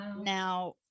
Now